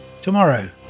tomorrow